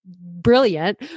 brilliant